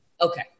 Okay